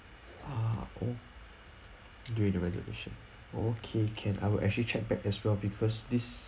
ah oh during the reservation okay can I will actually check back as well because this